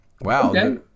Wow